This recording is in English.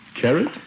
Carrot